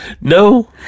no